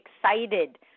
excited